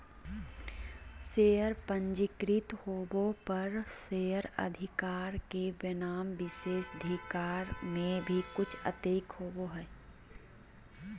share पंजीकृत होबो पर शेयरधारक के बनाम विशेषाधिकार में भी कुछ अंतर होबो हइ